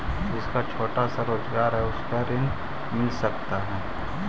जिसका छोटा सा रोजगार है उसको ऋण मिल सकता है?